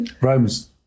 Rome's